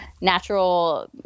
natural